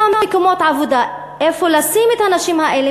מקומות עבודה איפה לשים את הנשים האלה,